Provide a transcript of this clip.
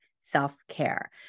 self-care